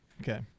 Okay